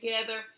together